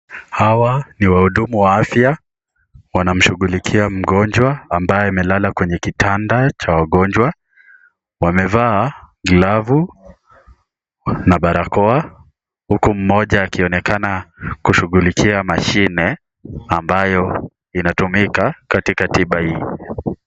Hawa ni wahudumu wa afya wanamshughulika mgonjwa ambaye amelala kwenye kitanda cha wagonjwa wamevaa glavu na barakoa huku mmoja akionekana kushugulikia mashine ambayo inatumika katika tiba hii.